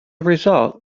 result